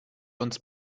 uns